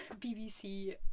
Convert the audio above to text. BBC